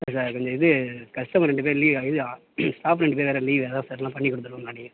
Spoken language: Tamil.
சாரி சார் கொஞ்சம் இது கஸ்டமர் ரெண்டு பேர் லீவு இது ஸ்டாஃப் ரெண்டு பேர் வேறு லீவு அதான் சார் இல்லைனா பண்ணி கொடுத்துருவேன் முன்னாடியே